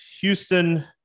Houston